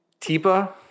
Tipa